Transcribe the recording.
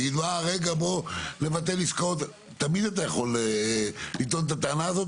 תמיד אתה יכול לטעון את הטענה הזאת,